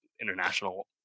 international